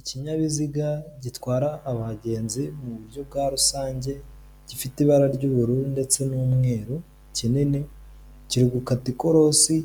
Ikinyabiziga gitwara abagenzi mu buryo bwa rusange gifite ibara ry'ubururu ndetse n'umweru kinini kiri gukata ikorosi